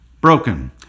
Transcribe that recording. Broken